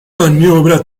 maniobra